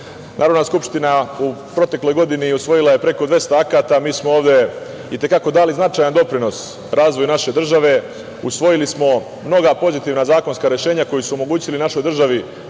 godinu. Narodna skupština u protekloj godini je usvojila preko 200 akata. Mi smo ovde i te kako dali značajan doprinos razvoju naše države, usvojili smo mnoga pozitivna zakonska rešenja koja su omogućila našoj državi